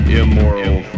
immoral